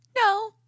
No